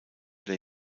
der